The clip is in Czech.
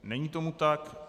Není tomu tak.